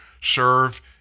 serve